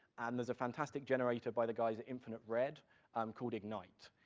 and there's a fantastic generator by the guys at infinite red um called ignite.